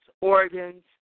organs